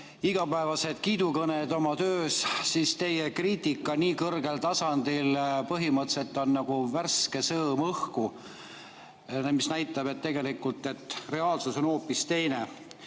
igapäevased kiidukõned oma töö kohta, siis teie kriitika nii kõrgel tasandil põhimõtteliselt on nagu värske sõõm õhku, mis näitab, et reaalsus on hoopis teine.